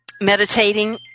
meditating